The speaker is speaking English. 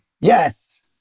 Yes